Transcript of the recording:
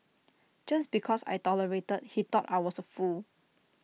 just because I tolerated he thought I was A fool